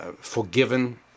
forgiven